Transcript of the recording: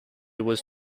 was